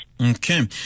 Okay